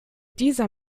dieser